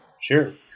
Sure